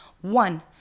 One